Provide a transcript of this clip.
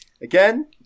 again